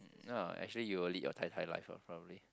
no lah actually you will lead your tai tai life ah probably